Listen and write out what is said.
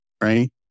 right